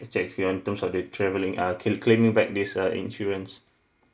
check in terms of the travelling uh claim claiming back this uh insurance